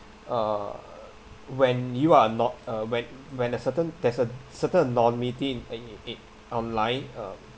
uh when you are not uh when when a certain there's a certain non-meeting it i~ i~ online um